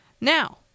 Now